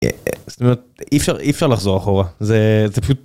אי אפשר, אי אפשר לחזור אחורה, זה...